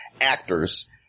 actors